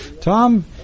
Tom